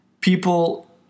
people